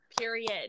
period